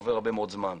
עובר הרבה מאוד זמן.